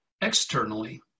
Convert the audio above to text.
externally